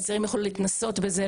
הצעירים יוכלו להתנסות בזה,